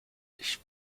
ich